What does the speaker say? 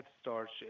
starch